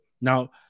Now